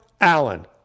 Allen